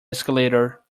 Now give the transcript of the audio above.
escalator